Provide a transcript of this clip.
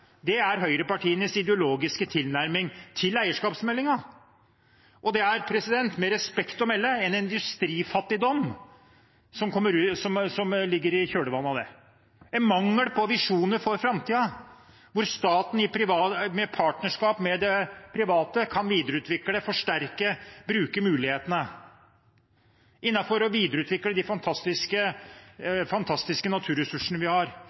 Det er høyrepartienes ideologiske tilnærming til eierskapsmeldingen. Det er, med respekt å melde, en industrifattigdom som ligger i kjølvannet av det – en mangel på visjoner for framtiden hvor staten i partnerskap med det private kan videreutvikle, forsterke, bruke mulighetene innenfor å videreutvikle de fantastiske naturressursene vi har,